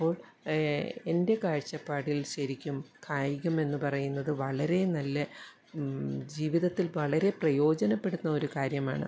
അപ്പോൾ എൻ്റെ കാഴ്ചപ്പാടിൽ ശരിക്കും കായികമെന്ന് പറയുന്നത് വളരെ നല്ല ജീവിതത്തിൽ വളരെ പ്രയോജനപ്പെടുന്നൊരു കാര്യമാണ്